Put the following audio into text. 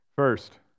First